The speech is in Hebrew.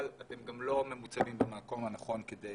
אבל אתם גם לא ממוצבים במקום הנכון כך